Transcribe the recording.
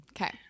Okay